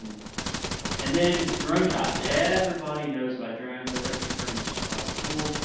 and and then drone shots. everybody knows about drones. everybody thinks drones are cool,